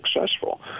successful